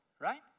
right